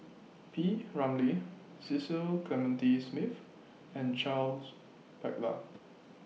P Ramlee Cecil Clementi Smith and Charles Paglar